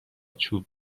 چوب